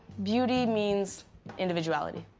beauty means individuality.